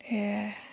সেয়া